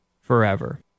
forever